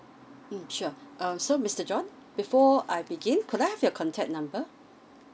mm sure err so mister john before I begin could I have your contact number